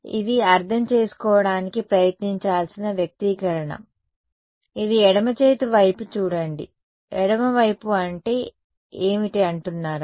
−LB 2 అర్థం చేసుకోవడానికి ప్రయత్నించాల్సిన వ్యక్తీకరణ ఇది ఎడమ చేతి వైపు చూడండి ఎడమ వైపు అంటే ఏమిటి అంటున్నారా